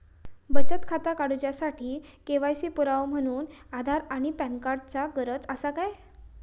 बचत खाता काडुच्या साठी के.वाय.सी पुरावो म्हणून आधार आणि पॅन कार्ड चा गरज आसा काय?